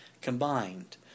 combined